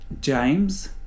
James